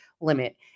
limit